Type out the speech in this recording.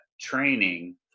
training